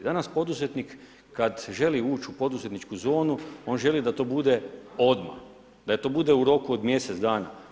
Danas poduzetnik kad želi ući u poduzetničku zonu, on želi da to bude odmah, da to bude u roku od mjesec dana.